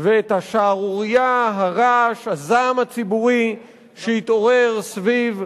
ואת השערורייה, הרעש, הזעם הציבורי שהתעוררו סביב